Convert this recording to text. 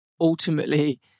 ultimately